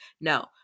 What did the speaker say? no